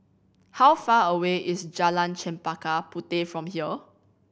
how far away is Jalan Chempaka Puteh from here